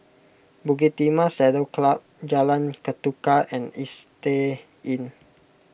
Bukit Timah Saddle Club Jalan Ketuka and Istay Inn